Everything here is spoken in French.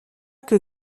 que